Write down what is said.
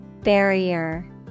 Barrier